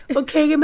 okay